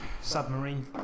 submarine